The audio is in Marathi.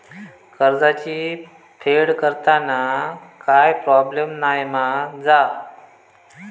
कर्जाची फेड करताना काय प्रोब्लेम नाय मा जा?